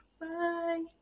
Bye